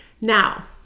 Now